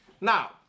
Now